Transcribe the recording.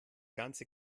ganze